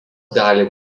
gali